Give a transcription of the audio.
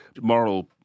moral